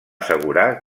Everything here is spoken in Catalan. assegurar